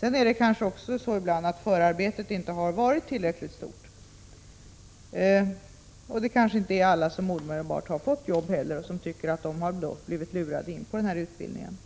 Ibland har kanske inte heller förarbetet varit tillräckligt omfattande. Alla har kanske inte omedelbart fått jobb, och de tycker att de har blivit lurade in på den här utbildningen.